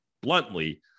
bluntly